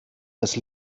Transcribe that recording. das